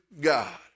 God